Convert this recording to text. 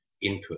input